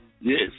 Yes